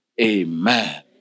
amen